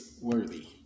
Worthy